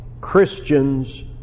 Christians